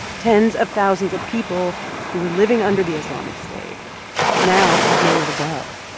tens of thousands of people who were living under the islamic state now have nowhere to go.